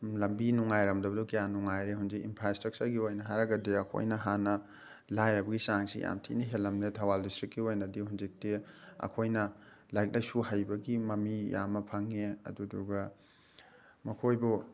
ꯂꯝꯕꯤ ꯅꯨꯡꯉꯥꯏꯔꯝꯗꯕꯗꯨ ꯀꯌꯥ ꯅꯨꯡꯉꯥꯏꯔꯦ ꯍꯧꯖꯤꯛ ꯏꯟꯐ꯭ꯔꯥ ꯁ꯭ꯇꯔꯛꯆꯔꯒꯤ ꯑꯣꯏꯅ ꯍꯥꯏꯔꯒꯗꯤ ꯑꯩꯈꯣꯏꯅ ꯍꯥꯟꯅ ꯂꯥꯏꯔꯕꯒꯤ ꯆꯥꯡꯁꯤ ꯌꯥꯝ ꯊꯤꯅ ꯍꯦꯜꯂꯝꯂꯦ ꯊꯧꯕꯥꯜ ꯗꯤꯁꯇ꯭ꯔꯤꯛꯀꯤ ꯑꯣꯏꯅꯗꯤ ꯍꯧꯖꯤꯛꯇꯤ ꯑꯩꯈꯣꯏꯅ ꯂꯥꯏꯔꯤꯛ ꯂꯥꯏꯁꯨ ꯍꯩꯕꯒꯤ ꯃꯃꯤ ꯌꯥꯝꯅ ꯐꯪꯉꯦ ꯑꯗꯨꯗꯨꯒ ꯃꯈꯣꯏꯕꯨ